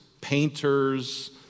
painters